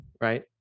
right